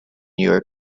york